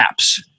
apps